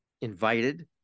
invited